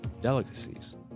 Delicacies